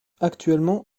actuellement